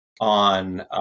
on